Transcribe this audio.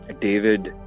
David